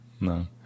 No